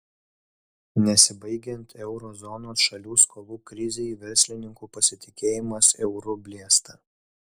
nesibaigiant euro zonos šalių skolų krizei verslininkų pasitikėjimas euru blėsta